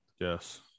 Yes